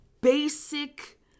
basic